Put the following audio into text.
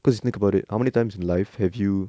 cause you think about it how many times in life have you